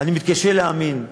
אני מתקשה להאמין,